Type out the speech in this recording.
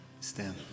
Stand